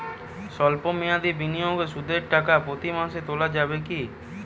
সল্প মেয়াদি বিনিয়োগে সুদের টাকা প্রতি মাসে তোলা যাবে কি?